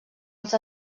els